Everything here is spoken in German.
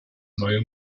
neue